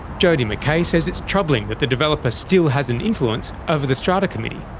jodi mckay says it's troubling that the developer still has an influence over the strata committee,